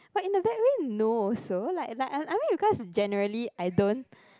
but in the backway no also like like I mean because generally I don't